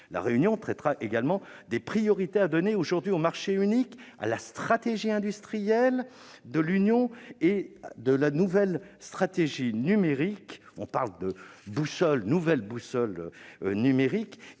La réunion traitera également des priorités à donner aujourd'hui au marché unique et à la stratégie industrielle de l'Union, ainsi que de la nouvelle stratégie numérique- on parle de « nouvelle boussole numérique